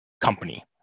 company